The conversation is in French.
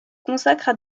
consacrent